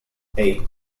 eight